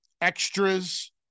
extras